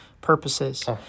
purposes